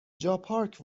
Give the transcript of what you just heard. جاپارک